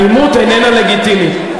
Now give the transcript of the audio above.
אלימות איננה לגיטימית.